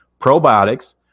probiotics